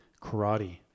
Karate